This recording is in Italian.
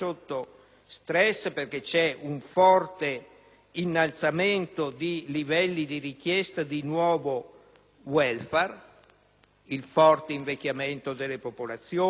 stress perché c'è un forte innalzamento dei livelli di richiesta di nuovo *welfare*. Penso al forte invecchiamento delle popolazioni